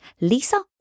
lisa